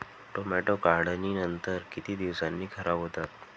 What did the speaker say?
Tomato काढणीनंतर किती दिवसांनी खराब होतात?